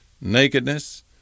nakedness